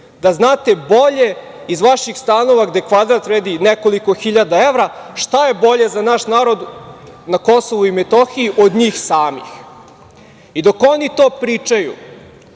da znate bolje iz vaših stanova, gde kvadrat vredi nekoliko hiljada evra, šta je bolje za naš narod na Kosovu i Metohiji od njih samih?I dok oni to pričaju,